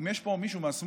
אם יש פה מישהו מהשמאל,